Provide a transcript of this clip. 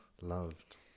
loved